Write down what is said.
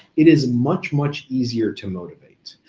it is much much easier to motivate.